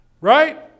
Right